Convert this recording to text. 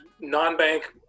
non-bank